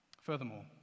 Furthermore